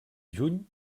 juny